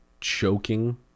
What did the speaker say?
choking